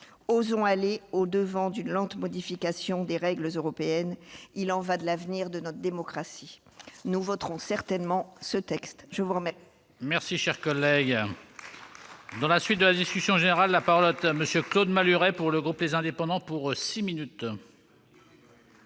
Osons aller au-devant d'une lente modification des règles européennes ; il y va de l'avenir de notre démocratie ! Nous voterons certainement ce texte.